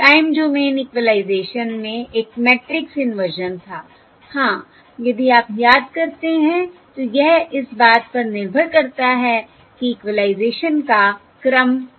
time domain equalization में एक matrix inversion था हाँ यदि आप याद करते हैं तो यह इस बात पर निर्भर करता है कि इक्विलाइज़र का क्रम क्या है